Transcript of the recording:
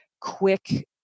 quick